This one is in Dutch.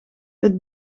het